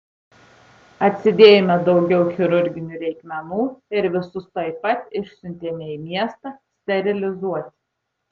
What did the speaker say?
atsidėjome daugiau chirurginių reikmenų ir visus tuoj pat išsiuntėme į miestą sterilizuoti